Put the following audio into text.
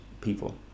people